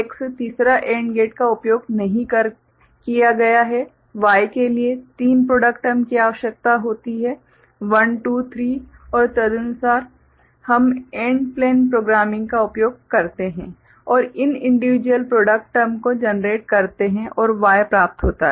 तो यह X तीसरा AND गेट का उपयोग नहीं किया गया है Y के लिए तीन प्रॉडक्ट टर्म की आवश्यकता होती है 1 2 3 और तदनुसार हम AND प्लेन प्रोग्रामिंग का उपयोग करते हैं और इन इंडिविजुयल प्रॉडक्ट टर्म को जनरेट करते हैं और Y प्राप्त होता है